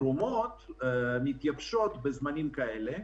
התרומות מתייבשות בזמנים כאלה,